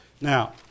Now